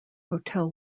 hotel